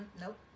Nope